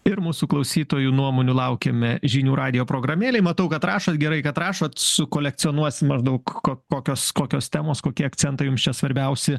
ir mūsų klausytojų nuomonių laukiame žinių radijo programėlėj matau kad rašot gerai kad rašot su kolekcionuosim maždaug kok kokios kokios temos kokie akcentai jums čia svarbiausi